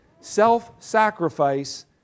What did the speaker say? self-sacrifice